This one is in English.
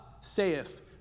saith